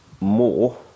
more